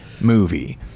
movie